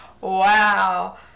Wow